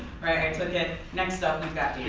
took it next up we've got